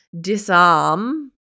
disarm